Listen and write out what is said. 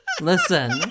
Listen